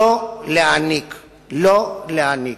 לא להעניק, לא להעניק,